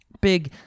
big